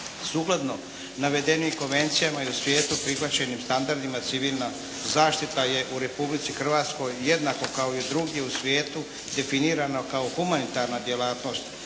Sukladno navedenim konvencijama i u svijetu prihvaćenim standardima civilna zaštita je u Republici Hrvatskoj jednako kao i drugdje u svijetu definirana kao humanitarna djelatnost